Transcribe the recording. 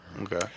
Okay